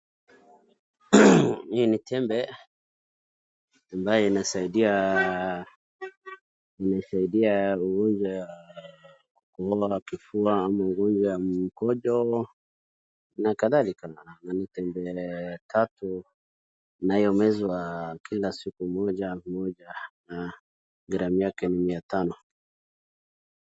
Hii ni tembe ambayo inasaidia ugonjwa ya kifua ama ugonjwa ya mkojo na kadhalika na ni tembe tatu inayomezwa kila siku moja moja na gramu yake ni mia tano.